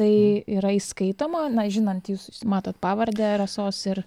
tai yra įskaitoma na žinant jus jūs matot pavardę rasos ir